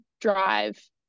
drive